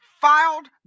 filed